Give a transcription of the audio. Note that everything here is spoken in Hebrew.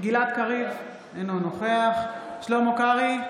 גלעד קריב, אינו נוכח שלמה קרעי,